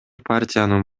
партиянын